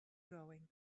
going